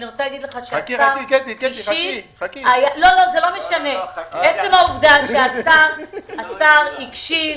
עצם העובדה שהשר הקשיב,